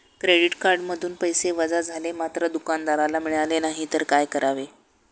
Credit कार्डमधून पैसे वजा झाले मात्र दुकानदाराला मिळाले नाहीत तर काय करावे?